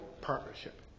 partnership